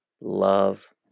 love